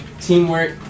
teamwork